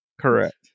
Correct